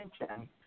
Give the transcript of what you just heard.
attention